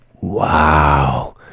wow